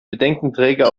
bedenkenträger